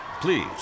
Please